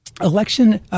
Election